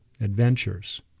adventures